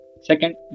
Second